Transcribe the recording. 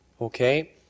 Okay